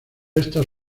estas